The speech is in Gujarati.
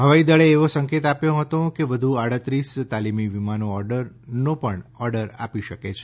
હવાઈદળે એવો સંકેત આપ્યો હતો કે તે વધુ આડત્રીસ તાલીમી વિમાનોનો ઓર્ડર આપી શકે છે